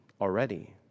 already